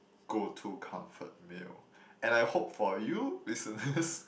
go to comfort meal and I hope for you listen to this